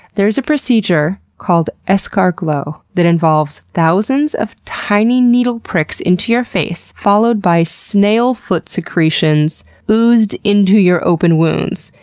there's a procedure called escarglow that involves thousands of tiny needle pricks into your face followed by snail foot secretions oozed into your open wounds.